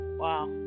Wow